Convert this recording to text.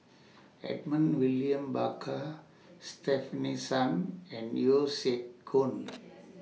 Edmund William Barker Stefanie Sun and Yeo Siak Goon